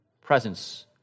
presence